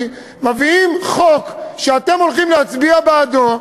מביאים חוק שאתם הולכים להצביע בעדו,